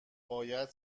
باید